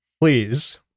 Please